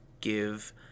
give